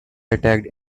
attacked